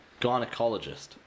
Gynecologist